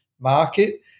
market